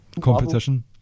competition